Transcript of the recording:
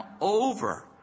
over